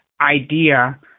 idea